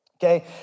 Okay